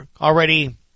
already